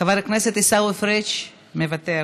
חבר הכנסת עיסאווי פריג' מוותר,